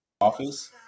office